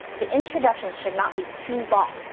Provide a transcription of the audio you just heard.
the introduction should not be too long,